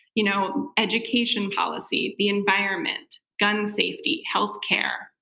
you know, education policy, the environment, gun safety, healthcare,